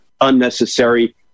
unnecessary